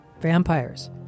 Vampires